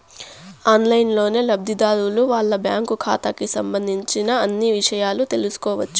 ఆన్లైన్లోనే లబ్ధిదారులు వాళ్ళ బ్యాంకు ఖాతాకి సంబంధించిన అన్ని ఇషయాలు తెలుసుకోవచ్చు